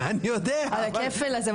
על הכפל הזה,